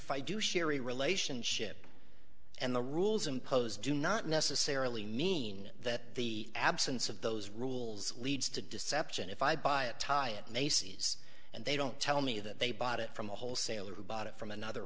fi do share a relationship and the rules imposed do not necessarily mean that the absence of those rules leads to deception if i buy a tie at macy's and they don't tell me that they bought it from a wholesaler who bought it from another